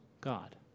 God